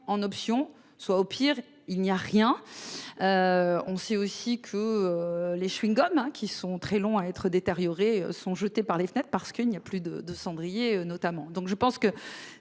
en option soit au pire il n'y a rien. On sait aussi que. Les chewing-gums hein qui sont très longs à être détérioré sont jetés par les fenêtre parce qu'il n'y a plus de 2 cendrier notamment donc je pense que